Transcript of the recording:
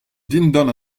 dindan